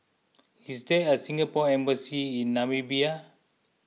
is there a Singapore Embassy in Namibia